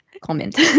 comment